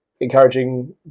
encouraging